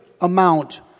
amount